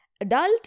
adult